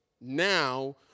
now